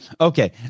Okay